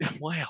wow